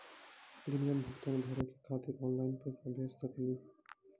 Premium भुगतान भरे के खातिर ऑनलाइन पैसा भेज सकनी?